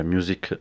Music